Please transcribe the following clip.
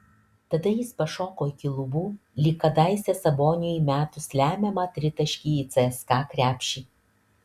tada jis pašoko iki lubų lyg kadaise saboniui įmetus lemiamą tritaškį į cska krepšį